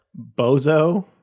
Bozo